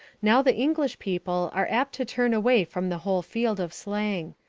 now the english people are apt to turn away from the whole field of slang.